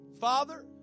Father